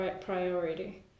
priority